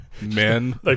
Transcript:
men